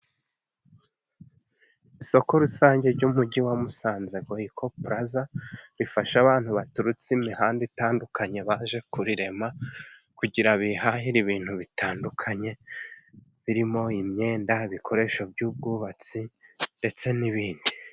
Isoko rusange ry'umujyi wa Musanze, goyiko puraza. Rifasha abantu baturutse imihanda itandukanye baje kurirema kugira bihahire ibintu bitandukanye birimo imyenda, ibikoresho by'ubwubatsi ndetse n'ibindi.